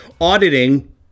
Auditing